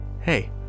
Hey